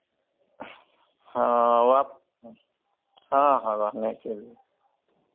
हाँ वो आप हाँ हाँ रहने के लिए